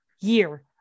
year